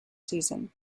season